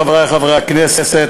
חברי חברי הכנסת,